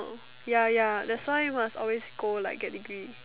ya ya that's why must always go like get degree